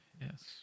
Yes